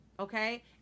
Okay